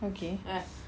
okay